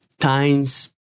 times